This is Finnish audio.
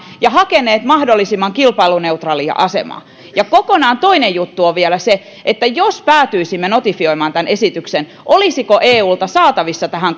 sitä ja hakeneet mahdollisimman kilpailuneutraalia asemaa ja kokonaan toinen juttu on vielä se että jos päätyisimme notifioimaan tämän esityksen niin olisiko eulta saatavissa tähän